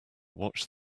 watched